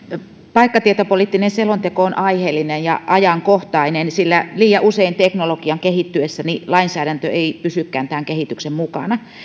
paikkatietopoliittinen selonteko on aiheellinen ja ajankohtainen sillä liian usein teknologian kehittyessä lainsäädäntö ei pysykään tämän kehityksen mukana